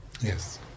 Yes